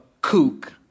kook